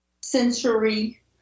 sensory